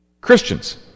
Christians